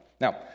Now